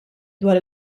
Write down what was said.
dwar